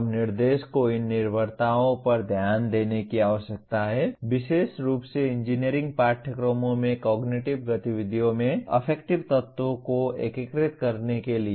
अब निर्देश को इन निर्भरताओं पर ध्यान देने की आवश्यकता है विशेष रूप से इंजीनियरिंग पाठ्यक्रमों में कॉग्निटिव गतिविधियों में अफेक्टिव तत्वों को एकीकृत करने के लिए